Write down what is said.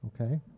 Okay